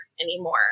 anymore